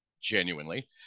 genuinely